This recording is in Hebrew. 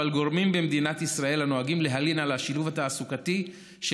אבל גורמים במדינת ישראל הנוהגים להלין על השילוב התעסוקתי של